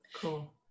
Cool